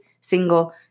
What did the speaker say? single